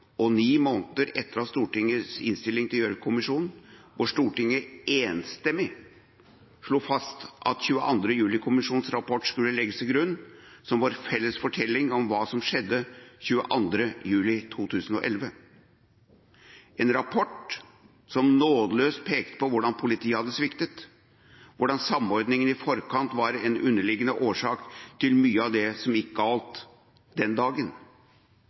og ni måneder etter Stortingets innstilling til Gjørv-kommisjonens rapport, hvor Stortinget enstemmig slo fast at 22. juli-kommisjonens rapport skulle legges til grunn som vår felles fortelling om hva som skjedde 22. juli 2011, en rapport som nådeløst pekte på hvordan politiet hadde sviktet, hvordan samordningen i forkant var en underliggende årsak til mye av det som gikk galt den dagen.